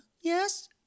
yes